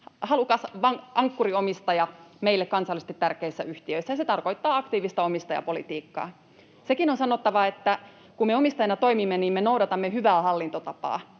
halukas ankkuriomistaja meille kansallisesti tärkeissä yhtiöissä, ja se tarkoittaa aktiivista omistajapolitiikkaa. Sekin on sanottava, että kun me omistajana toimimme, [Välihuuto perussuomalaisten